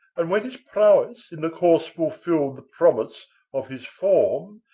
and when his prowess in the course fulfilled the promise of his form,